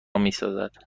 میسازد